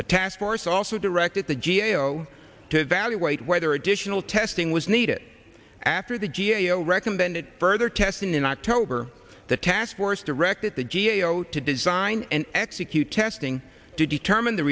the task force also directed the g a o to evaluate whether additional testing was needed after the g a o recommended further testing in october the task force directed the g a o to design and execute testing to determine the